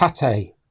pate